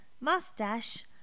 Mustache